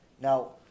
Now